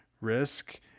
risk